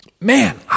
Man